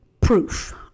proof